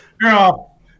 Girl